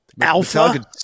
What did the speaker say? alpha